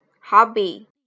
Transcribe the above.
Hobby